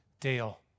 Dale